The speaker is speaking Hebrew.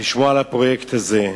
לשמוע על הפרויקט הזה.